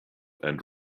and